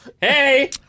Hey